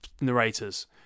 narrators